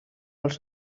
els